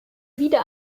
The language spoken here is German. wieder